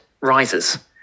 rises